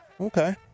Okay